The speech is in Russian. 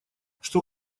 что